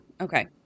okay